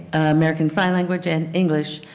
american sign language and english